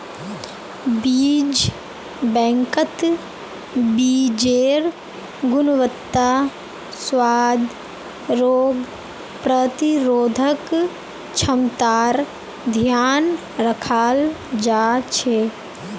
बीज बैंकत बीजेर् गुणवत्ता, स्वाद, रोग प्रतिरोधक क्षमतार ध्यान रखाल जा छे